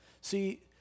See